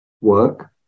work